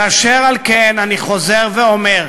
אשר על כן, אני חוזר ואומר,